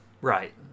right